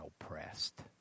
oppressed